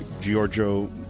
Giorgio